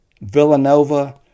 Villanova